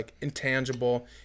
intangible